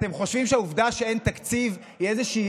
אתם חושבים שהעובדה שאין תקציב זו איזושהי